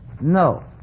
No